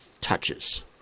touches